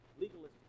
legalism